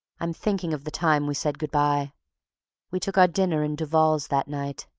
i'm thinking of the time we said good-by we took our dinner in duval's that night,